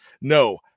No